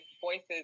voices